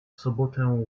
sobotę